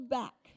back